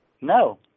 no